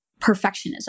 perfectionism